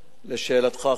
לשאלתך,